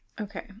okay